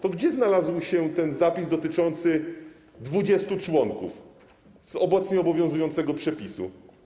To gdzie znalazł się ten zapis dotyczący 20 członków z obecnie obowiązującego przepisu?